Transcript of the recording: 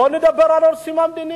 בוא נדבר על הנושאים המדיניים.